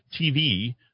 TV